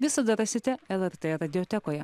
visada rasite lrt radiotekoje